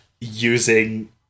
using